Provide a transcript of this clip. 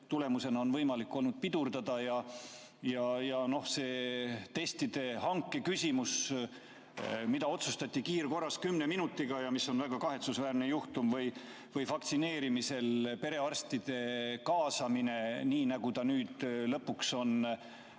tulemusena on olnud võimalik nakkuse levikut pidurdada. No ja see testide hanke küsimus, mida otsustati kiirkorras kümne minutiga, ja mis on väga kahetsusväärne juhtum, või vaktsineerimisel perearstide kaasamine, nii nagu ta nüüd lõpuks on